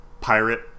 pirate